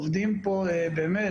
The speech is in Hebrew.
עובדים פה אלפי